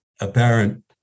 apparent